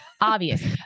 obvious